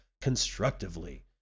constructively